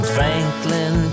Franklin